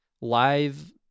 live